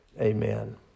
Amen